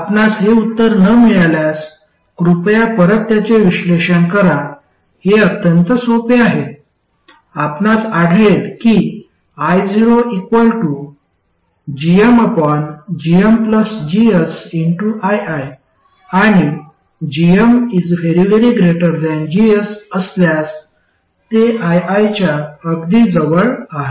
आपणास हे उत्तर न मिळाल्यास कृपया परत याचे विश्लेषण करा हे अत्यंत सोपे आहे आपणास आढळेल की iogmgmGsii आणि gm GS असल्यास ते ii च्या अगदी जवळ आहे